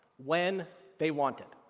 when they want it.